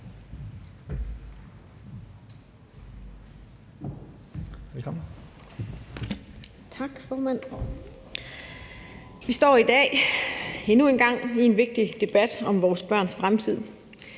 Vi står i dag endnu en gang i en vigtig debat om vores børns fremtid.